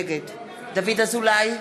נגד דוד אזולאי,